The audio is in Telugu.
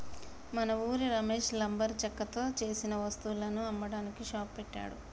మన ఉరి రమేష్ లంబరు చెక్కతో సేసిన వస్తువులను అమ్మడానికి షాప్ పెట్టాడు